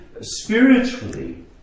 spiritually